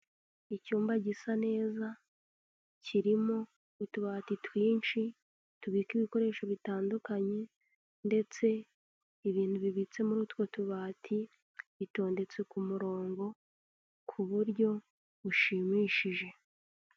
Icyumba gisa neza, kirimo utubati twinshi, tubika ibikoresho bitandukanye ndetse ibintu bibitse muri utwo tubati, bitondetse ku murongo ku buryo bushimishije.